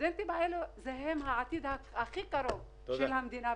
הסטודנטים האלה זה העתיד הכי קרוב של המדינה,